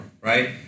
right